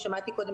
שמעתי קודם,